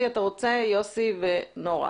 יוסי ונורה,